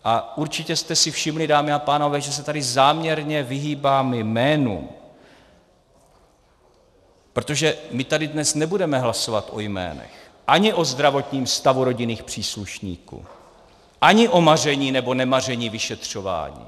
A určitě jste si všimli, dámy a pánové, že se tady záměrně vyhýbám jménům, protože my tady dnes nebudeme hlasovat o jménech, ani o zdravotním stavu rodinných příslušníků, ani o maření nebo nemaření vyšetřování.